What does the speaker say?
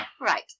right